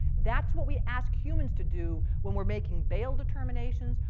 that's what we ask humans to do when we're making bail determinations,